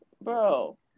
bro